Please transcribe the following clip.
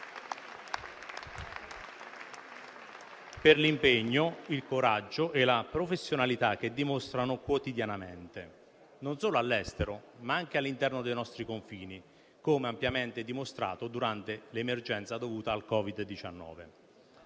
per l'impegno, il coraggio e la professionalità che dimostrano quotidianamente, non solo all'estero, ma anche all'interno dei nostri confini, come ampiamente dimostrato durante l'emergenza dovuta al Covid-19.